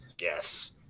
Yes